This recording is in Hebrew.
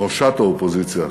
ראשת האופוזיציה,